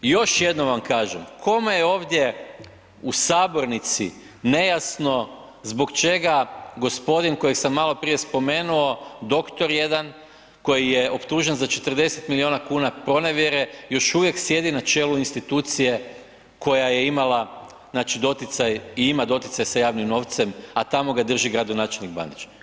Još jednom vam kažem, kome je ovdje u sabornici nejasno zbog čega gospodin kojeg sam maloprije spomenuo doktor jedan koji je optužen za 40 milijuna kuna pronevjere još uvijek sjedi na čelu institucije koja je imala znači doticaj i ima doticaj sa javnim novcem, a tamo ga drži gradonačelnik Bandić.